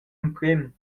emprem